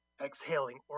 exhaling